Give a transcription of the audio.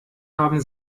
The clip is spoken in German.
haben